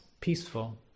peaceful